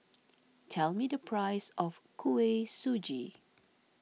tell me the price of Kuih Suji